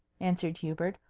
answered hubert.